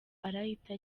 arahita